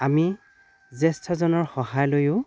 আমি জ্য়েষ্ঠজনৰ সহায় লৈও